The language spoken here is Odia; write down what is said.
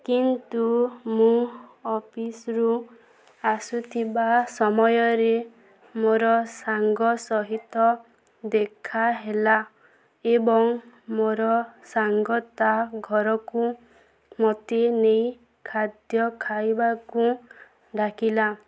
କିନ୍ତୁ ମୁଁ ଅଫିସରୁ ଆସୁଥିବା ସମୟରେ ମୋର ସାଙ୍ଗ ସହିତ ଦେଖା ହେଲା ଏବଂ ମୋର ସାଙ୍ଗ ତା ଘରକୁ ମତେ ନେଇ ଖାଦ୍ୟ ଖାଇବାକୁଁ ଡାକିଲା